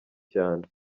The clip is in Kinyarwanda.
cyane